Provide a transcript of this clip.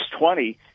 20